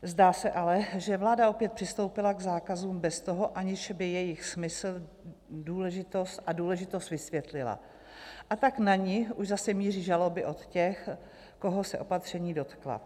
Zdá se ale, že vláda opět přistoupila k zákazům bez toho, aniž by jejich smysl a důležitost vysvětlila, a tak na ni už zase míří žaloby od těch, koho se opatření dotkla.